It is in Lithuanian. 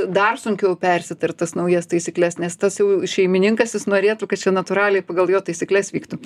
dar sunkiau persitart tas naujas taisykles nes tas jau šeimininkas jis norėtų kad čia natūraliai pagal jo taisykles vyktų